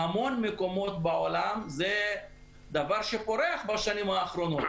בהמון מקומות בעולם זה דבר שפורח בשנים האחרונות,